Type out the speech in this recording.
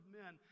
men